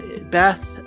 Beth